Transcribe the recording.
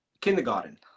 kindergarten